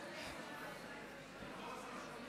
שלוש דקות, אדוני.